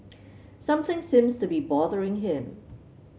something seems to be bothering him